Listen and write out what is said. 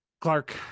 Clark